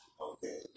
Okay